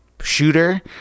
shooter